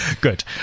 Good